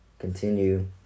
Continue